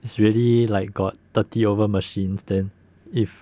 it's really like got thirty over machines then if